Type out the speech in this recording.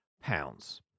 pounds